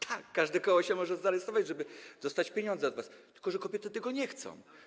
Tak, każde koło się może zarejestrować, żeby dostać pieniądze od was, tylko że kobiety tego nie chcą.